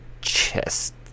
chest